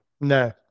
No